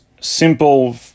simple